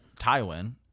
Tywin